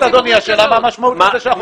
השאלה מה המשמעות של זה שאנחנו נחליט כך.